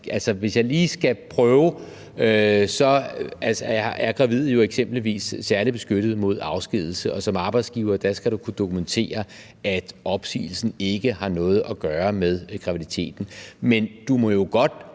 hvis jeg lige skal prøve, vil jeg sige, at gravide jo eksempelvis er særligt beskyttede mod afskedigelse, og som arbejdsgiver skal du kunne dokumentere, at opsigelsen ikke har noget at gøre med graviditeten. Men du må jo godt